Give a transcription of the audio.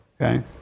Okay